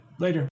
Later